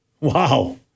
Wow